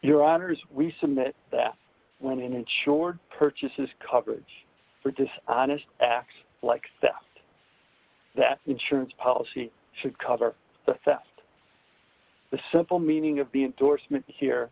your honour's we submit that when an insured purchase is coverage for dishonest acts like theft that insurance policy should cover the theft the simple meaning of being here